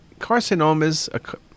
carcinomas